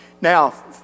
Now